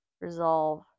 resolve